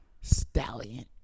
Stallion